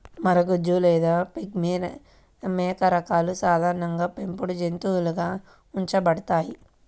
మరగుజ్జు లేదా పిగ్మీ మేక రకాలు సాధారణంగా పెంపుడు జంతువులుగా ఉంచబడతాయి